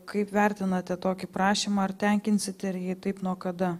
kaip vertinate tokį prašymą ar tenkinsite ir jei taip nuo kada